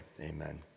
amen